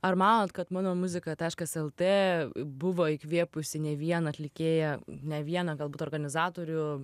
ar manot kad mano muzika taškas lt buvo įkvėpusi ne vieną atlikėją ne vieną galbūt organizatorių